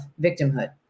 victimhood